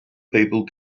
people